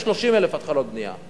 יש 30,000 התחלות בנייה.